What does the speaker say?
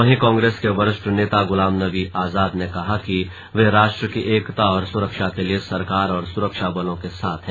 वहीं कांग्रेस के वरिष्ठ नेता गुलाम नबी आजाद ने कहा कि ये राष्ट्र की एकता और सुरक्षा के लिए सरकार और सुरक्षा बलों के साथ हैं